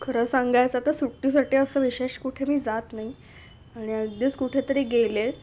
खरं सांगायचं तर सुट्टीसाठी असं विशेष कुठे मी जात नाही आणि अगदीच कुठेतरी गेले